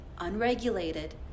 unregulated